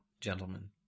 gentlemen